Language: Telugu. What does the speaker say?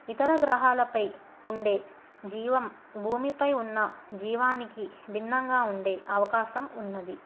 ఇతర గ్రహాలపై ఉండే జీవం భూమిపై ఉన్న జీవానికి భిన్నంగా ఉండే అవకాశం ఉన్నది